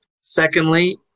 Secondly